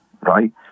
Right